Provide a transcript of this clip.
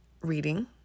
reading